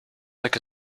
like